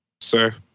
Sir